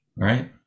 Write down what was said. right